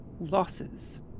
losses